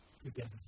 together